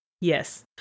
Yes